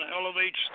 elevates